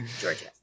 Georgia